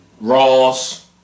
Ross